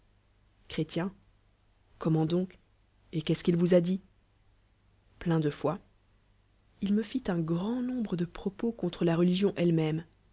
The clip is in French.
chréc comment donc et ellt'e t ce qu'il vous dit plein de foi ii me fit un grand nombre de propos contre la religion elle mêmej